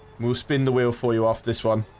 we'll spin the wheel for you off this one.